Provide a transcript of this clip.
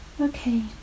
Okay